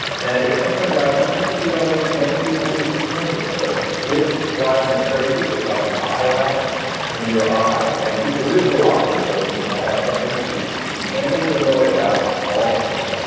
and it's something that i don't get the feeling most people even notice. but this drives me crazy. it's like an eyelash in your eye. and people do it a lot. and so it means that i have something to be handily annoyed about all the time.